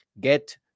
get